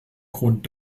grund